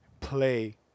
play